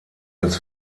als